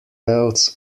belts